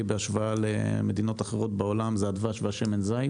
בהשוואה למדינות אחרות בעולם זה הדבש ושמן הזית